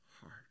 heart